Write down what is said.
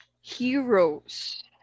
heroes